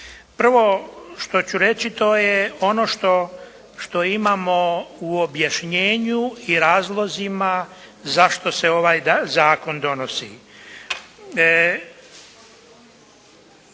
Prvo što ću reći to je ono što imamo u objašnjenju i razlozima zašto se ovaj zakon donosi.